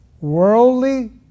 Worldly